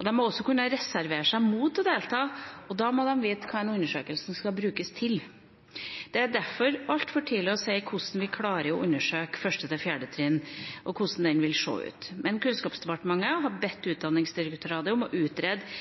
De må også kunne reservere seg mot å delta, og de må vite hva undersøkelsene skal brukes til. Det er altfor tidlig å si hvordan en undersøkelse for 1.–4. trinn vil se ut, men Kunnskapsdepartementet har bedt Utdanningsdirektoratet om å utrede